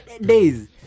days